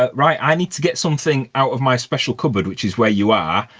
ah right, i need to get something out of my special cupboard which is where you are,